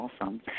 awesome